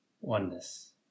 oneness